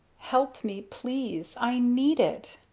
help me please! i need it.